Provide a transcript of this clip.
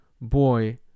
boy